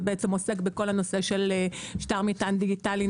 ועוסק בכל הנושאים של שטר מטען דיגיטלי,